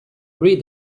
read